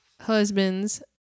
Husbands